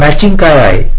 तर मॅचिंग काय आहे